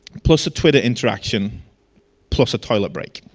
plus twitter interaction plus a toilet break.